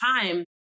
time